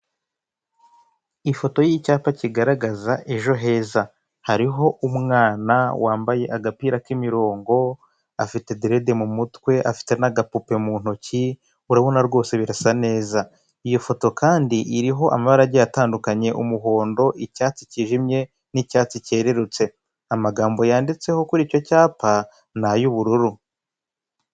Ifoto y'icyapa kigaragaza ejo heza hariho umwana wambaye agapira k'imirongo afite derede mu mutwe afite n'agapupe mu ntoki urabona rwose birasa neza. Iyo foto kandi iriho amabara agiye atandukanye umuhondo icyatsi cyijimye n'icyatsi cyererutse amagambo yanditseho kuri icyo cyapa nay'ubururu.